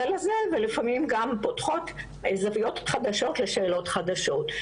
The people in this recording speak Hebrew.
לזה ולפעמים גם פותחות זוויות חדשות לשאלות חדשות.